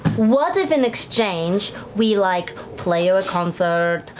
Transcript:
what if, in exchange, we, like, play you a concert?